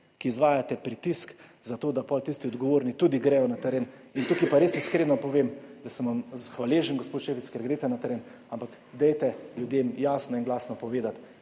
ki izvajate pritisk, zato da potem tisti odgovorni tudi gredo na teren. Tukaj pa res iskreno povem, da sem vam hvaležen, gospod Šefic, ker greste na teren, ampak dajte ljudem jasno in glasno povedati,